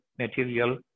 Material